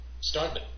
Start